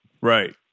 Right